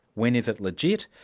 when is it legit?